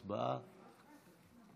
חברי הכנסת,